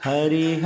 Hari